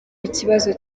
ikibazo